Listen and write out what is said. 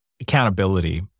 accountability